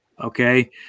Okay